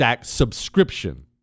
subscription